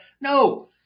No